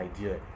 idea